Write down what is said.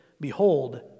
Behold